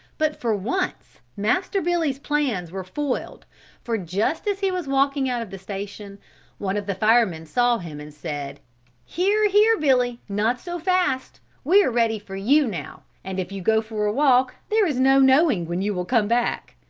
but for once master billy's plans were foiled for just as he was walking out of the station one of the firemen saw him and said here, here, billy, not so fast! we are ready for you now and if you go for a walk there is no knowing when you will come back.